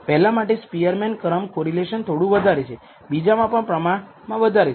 પહેલા માટે સ્પીઅરમેન ક્રમ કોરિલેશન થોડું વધારે છે બીજામાં પણ પ્રમાણમાં વધારે છે